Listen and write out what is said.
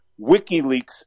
WikiLeaks